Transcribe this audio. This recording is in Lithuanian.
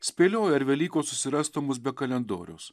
spėlioju ar velykos susirastų mus be kalendoriaus